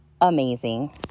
amazing